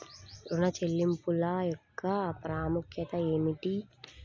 ఋణ చెల్లింపుల యొక్క ప్రాముఖ్యత ఏమిటీ?